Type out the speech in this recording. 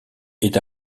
est